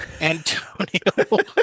Antonio